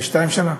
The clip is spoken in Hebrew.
22 שנה.